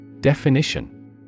Definition